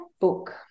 book